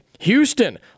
Houston